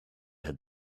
had